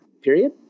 period